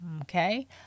Okay